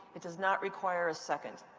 it does not require a second.